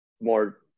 more